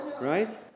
right